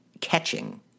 catching